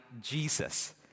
Jesus